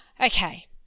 Okay